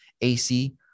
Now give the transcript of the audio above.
AC